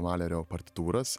malerio partitūras